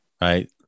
right